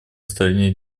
стороне